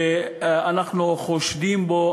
שאנחנו חושדים בו,